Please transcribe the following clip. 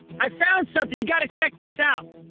i found something. you got to check this out.